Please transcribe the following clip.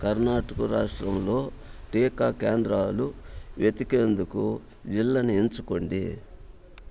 కర్ణాటక రాష్ట్రంలో టీకా కేంద్రాలు వెతికేందుకు జిల్లని ఎంచుకోండి